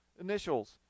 initials